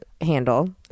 handle